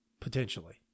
potentially